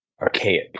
archaic